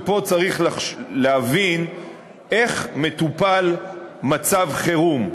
ופה צריך להבין איך מטופל מצב חירום.